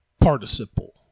participle